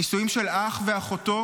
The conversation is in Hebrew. -- נישואים של אח ואחותו.